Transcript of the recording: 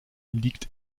liegt